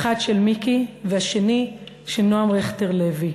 האחד של מיקי והשני של נועם רכטר לוי.